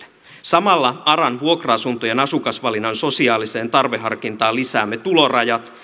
samalla aran vuokra asuntojen asukasvalinnan sosiaaliseen tarveharkintaan lisäämme tulorajat